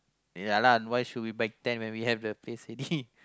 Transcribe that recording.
ya lah why should we back then when we have the place already